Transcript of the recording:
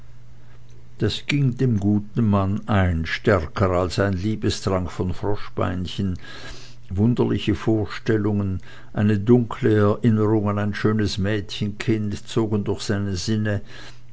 das ging dem guten mann ein stärker als ein liebestrank von froschbeinchen wunderliche vorstellungen eine dunkle erinnerung an ein schönes mädchenkind zogen durch seine sinne